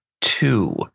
two